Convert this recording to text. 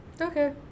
Okay